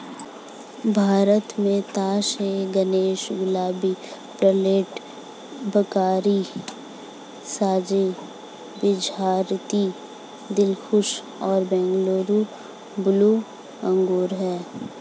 भारत में तास ए गणेश, गुलाबी, पेर्लेट, भोकरी, साझा बीजरहित, दिलखुश और बैंगलोर ब्लू अंगूर हैं